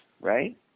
right